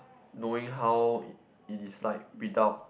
knowing how it is like without